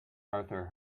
arthur